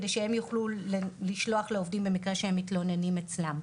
על מנת שהם יוכלו לשלוח אותן לעובדים הזרים במקרה שהם מתלוננים אצלם.